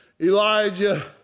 Elijah